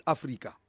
Africa